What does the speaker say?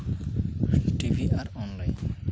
TV ᱟᱨ online